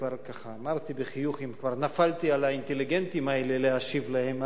וכבר אמרתי בחיוך שאם כבר נפלתי על האינטליגנטים האלה להשיב להם,